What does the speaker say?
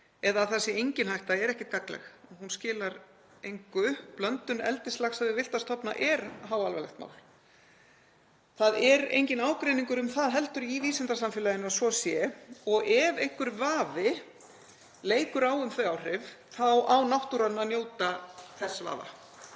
að það sé engin hætta er ekkert gagnleg og hún skilar engu. Blöndun eldislaxa við villta stofna er háalvarlegt mál. Það er enginn ágreiningur um það heldur í vísindasamfélaginu að svo sé og ef einhver vafi leikur á um þau áhrif þá á náttúran að njóta þess vafa.